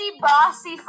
bossy